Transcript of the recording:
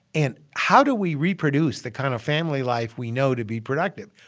and how do we reproduce the kind of family life we know to be productive?